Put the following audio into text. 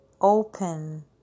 open